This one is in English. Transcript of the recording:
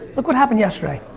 look what happened yesterday.